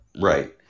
Right